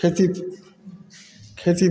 खेती खेती